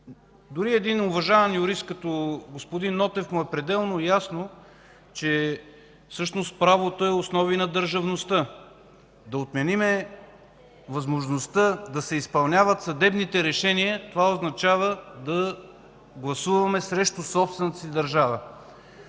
и на уважаван юрист, като господин Нотев, му е пределно ясно, че всъщност правото е основи на държавността. Да отменим възможността да се изпълняват съдебните решения означава да гласуваме срещу собствената си държава.